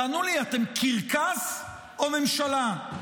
תענו לי, אתם קרקס או ממשלה?